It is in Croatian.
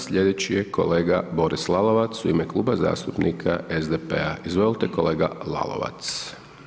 Slijedeći je kolega Boris Lalovac u ime Kluba zastupnika SDP-a, izvolite kolega Lalovac.